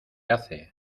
hace